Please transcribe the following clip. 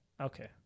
Okay